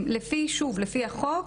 שוב, לפי החוק,